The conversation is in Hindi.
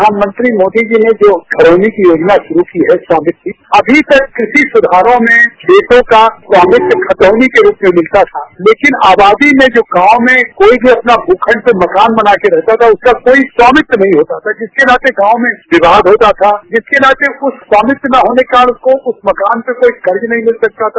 प्रधानमंत्री मोदी जी ने जो घरौनी की योजना शुरू की है स्वामित्व की अभी तक किसी कृषि सुधारों में खेतों का स्वामित्व खतौनी के रूप में मिलता था लेकिन आबादी में जब गांव में कोई भी अपना भूखण्ड में मकान बनाकर रहता था उसका कोई स्वामित्व नहीं होता था इसके साथ ही गांव में विवाद होता था जिसके कारण उस स्वामित्व न होने के कारण उसको उस मकान पर कोई कर्ज नहीं मिल सकता था